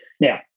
Now